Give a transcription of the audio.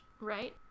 right